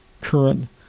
current